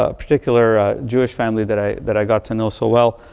ah particular jewish family that i that i got to know so well,